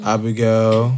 Abigail